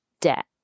debt